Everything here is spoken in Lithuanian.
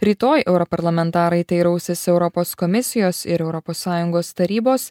rytoj europarlamentarai teirausis europos komisijos ir europos sąjungos tarybos